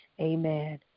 Amen